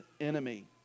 enemy